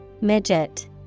Midget